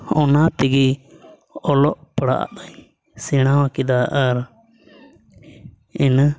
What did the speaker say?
ᱚᱱᱟ ᱛᱮᱜᱮ ᱚᱞᱚᱜ ᱯᱟᱲᱦᱟᱜ ᱫᱚᱧ ᱥᱮᱬᱟ ᱠᱮᱫᱟ ᱟᱨ ᱤᱱᱟᱹ